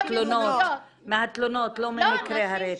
מהתלונות, לא ממקרי הרצח.